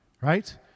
right